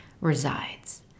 resides